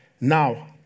Now